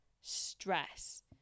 stress